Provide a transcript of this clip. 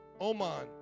Oman